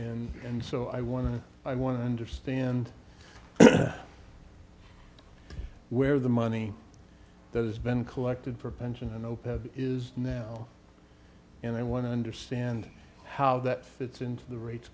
and and so i want to i want to understand where the money that has been collected for pension and opeth is now and i want to understand how that fits into the rates